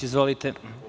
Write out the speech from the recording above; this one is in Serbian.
Izvolite.